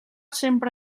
sempre